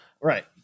Right